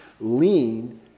Lean